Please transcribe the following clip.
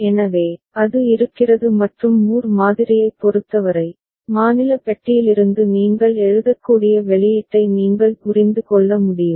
எனவே அது இருக்கிறது மற்றும் மூர் மாதிரியைப் பொறுத்தவரை மாநில பெட்டியிலிருந்து நீங்கள் எழுதக்கூடிய வெளியீட்டை நீங்கள் புரிந்து கொள்ள முடியும்